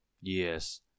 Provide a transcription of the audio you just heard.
Yes